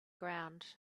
ground